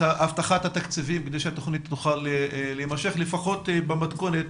הבטחת התקציבים כדי שהתוכנית תוכל להימשך לפחות במתכונת